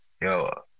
yo